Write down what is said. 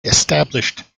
established